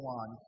on